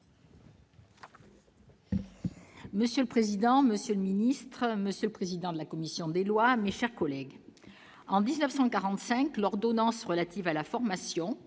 Monsieur le président, Monsieur le ministre, monsieur le président de la commission des lois, mais chers collègues en 1945 l'ordonnance relative à la formation